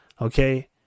okay